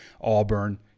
Auburn